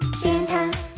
Santa